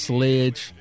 Sledge